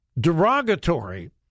derogatory